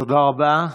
תודה רבה.